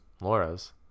Laura's